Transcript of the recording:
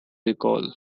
recall